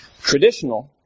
Traditional